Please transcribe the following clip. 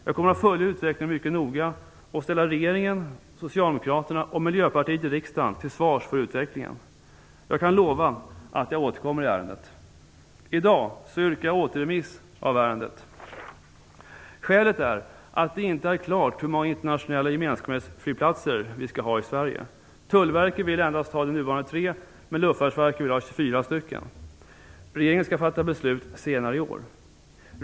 Jag kommer att följa utvecklingen mycket noga och ställa regeringen, Socialdemokraterna och Miljöpartiet i riksdagen till svars för utvecklingen. Jag kan lova att jag återkommer i ärendet. I dag yrkar jag återremiss av ärendet. Skälet är att det inte är klart hur många internationella gemensamhetsflygplatser vi skall ha i Sverige. Tullverket vill endast ha de nuvarande tre, men Luftfartsverket vill ha 24 stycken. Regeringen skall fatta beslut senare i år.